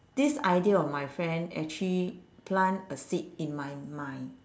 this idea of my friend actually plant a seed in my mind